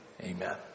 Amen